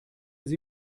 sie